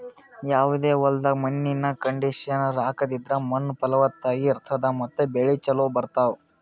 ಯಾವದೇ ಹೊಲ್ದಾಗ್ ಮಣ್ಣಿನ್ ಕಂಡೀಷನರ್ ಹಾಕದ್ರಿಂದ್ ಮಣ್ಣ್ ಫಲವತ್ತಾಗಿ ಇರ್ತದ ಮತ್ತ್ ಬೆಳಿ ಚೋಲೊ ಬರ್ತಾವ್